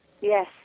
Yes